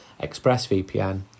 ExpressVPN